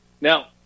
Now